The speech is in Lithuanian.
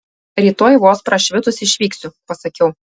rytoj vos prašvitus išvyksiu pasakiau